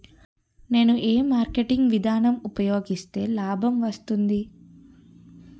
నేను ఏ మార్కెటింగ్ విధానం ఉపయోగిస్తే లాభం వస్తుంది?